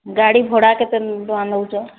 ଗାଡ଼ି ଭଡ଼ା କେତେଟଙ୍କା ନେଉଛ